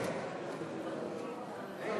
גברתי